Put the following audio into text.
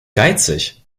geizig